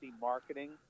marketing